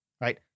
right